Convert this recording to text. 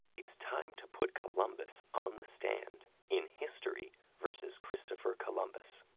it's time to put columbus on the stand in history vs. christopher columbus.